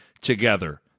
together